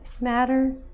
matter